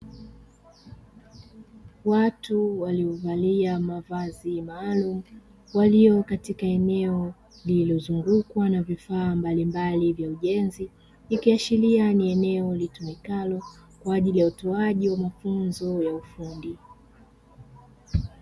Watu waliovalia mavazi maalumu walio katika eneo lililozungukwa na vifaa mbalimbali vya ujenzi, ikiashiria ni eneo litumikalo kwa ajili ya utoaji wa mafunzo ya ufundi.